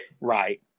Right